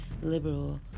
liberal